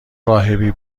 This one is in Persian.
راهبی